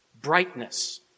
brightness